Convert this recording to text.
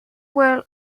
well